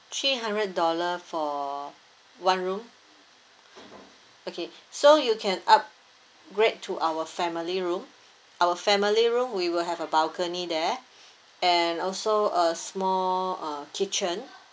three hundred dollar for one room okay so you can upgrade to our family room our family room we will have a balcony there and also a small uh kitchen